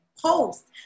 post